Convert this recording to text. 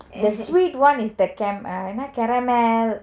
the sweet [one] is the uh not caramel